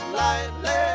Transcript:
lightly